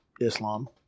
Islam